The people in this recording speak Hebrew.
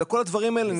כל הדברים האלה.